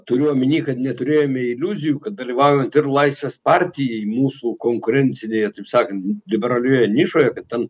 turiu omeny kad neturėjome iliuzijų kad dalyvaujant ir laisvės partijai mūsų konkurencinėje taip sakant liberalioje nišoje kad ten